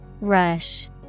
Rush